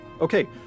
Okay